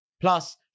Plus